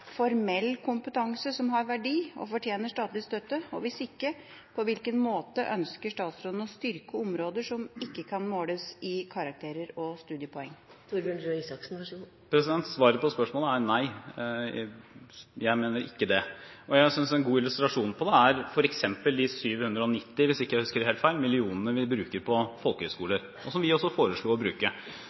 formell kompetanse som har verdi, og som fortjener statlig støtte? Hvis ikke: På hvilken måte ønsker statsråden å styrke områder som ikke kan måles i karakterer og studiepoeng? Svaret på spørsmålet er nei, jeg mener ikke det. Og en god illustrasjon på det er f.eks. de 790 mill. kr, hvis jeg ikke husker helt feil, vi bruker på folkehøgskoler, som vi også foreslo å bruke.